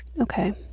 Okay